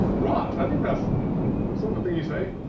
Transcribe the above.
wrought, i think that's so a thing you say,